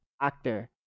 actor